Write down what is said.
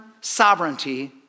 sovereignty